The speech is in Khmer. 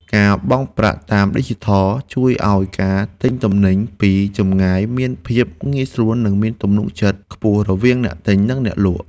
ការបង់ប្រាក់តាមឌីជីថលជួយឱ្យការទិញទំនិញពីចម្ងាយមានភាពងាយស្រួល និងមានទំនុកចិត្តខ្ពស់រវាងអ្នកទិញនិងអ្នកលក់។